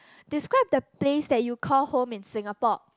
describe the place that you call home in Singapore